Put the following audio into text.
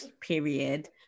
period